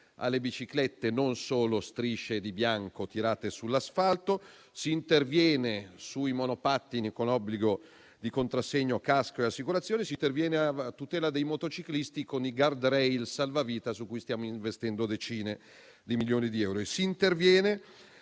alle biciclette e non solo strisce di bianco tirate sull'asfalto. Si interviene sui monopattini con obbligo di contrassegno, casco e assicurazione; si interviene a tutela dei motociclisti con i *guardrail* salvavita, su cui stiamo investendo decine di milioni di euro.